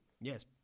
Yes